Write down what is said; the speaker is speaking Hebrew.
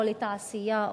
או לתעשייה,